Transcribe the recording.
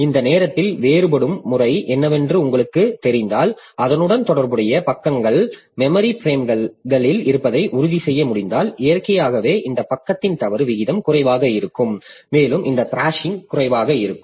எந்த நேரத்திலும் வேறுபடும் முறை என்னவென்று உங்களுக்குத் தெரிந்தால் அதனுடன் தொடர்புடைய பக்கங்கள் மெமரி பிரேம்களில் இருப்பதை உறுதிசெய்ய முடிந்தால் இயற்கையாகவே இந்த பக்கத்தின் தவறு விகிதம் குறைவாக இருக்கும் மேலும் இந்த த்ராஷிங் குறைவாக இருக்கும்